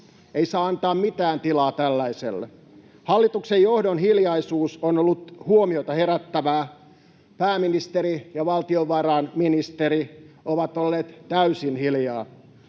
Ei saa antaa mitään tilaa tällaiselle. Hallituksen johdon hiljaisuus on ollut huomiota herättävää. Pääministeri ja valtiovarainministeri ovat olleet täysin hiljaa.